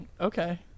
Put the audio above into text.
Okay